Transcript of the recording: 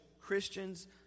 Christians